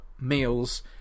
meals